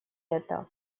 это